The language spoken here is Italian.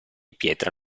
pietra